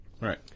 Right